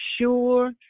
sure